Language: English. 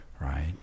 right